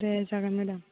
दे जागोन मेडाम